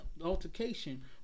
altercation